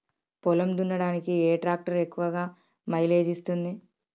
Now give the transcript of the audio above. పొలం దున్నడానికి ఏ ట్రాక్టర్ ఎక్కువ మైలేజ్ ఇస్తుంది?